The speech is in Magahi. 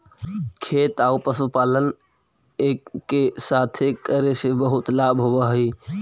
खेती आउ पशुपालन एके साथे करे से बहुत लाभ होब हई